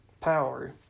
Power